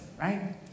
right